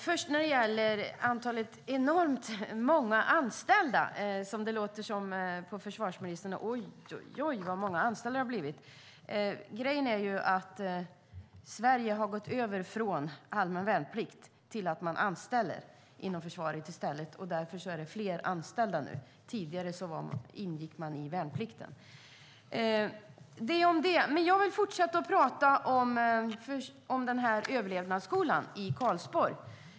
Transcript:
Herr talman! Det är enormt många anställda, låter det som på försvarsministern. Ojojoj, vad många anställda det har blivit! Men grejen är att Sverige har gått över från allmän värnplikt till att man anställer inom försvaret i stället. Därför är det fler anställda nu. Tidigare ingick man i värnplikten. Det om det! Jag vill fortsätta att prata om överlevnadsskolan i Karlsborg.